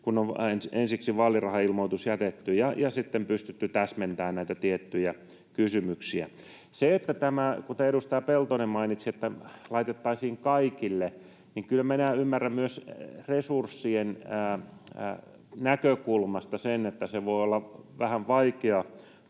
kun on ensiksi vaalirahailmoitus jätetty ja sitten on pystytty täsmentää näitä tiettyjä kysymyksiä. Kun edustaja Peltonen mainitsi, että tämä laitettaisiin kaikille, niin kyllä minä ymmärrän myös resurssien näkökulmasta sen, että se voi olla vähän vaikea